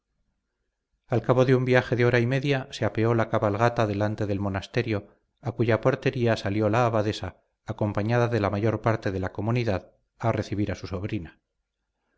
al cabo de un viaje de hora y media se apeó la cabalgata delante del monasterio a cuya portería salió la abadesa acompañada de la mayor parte de la comunidad a recibir a su sobrina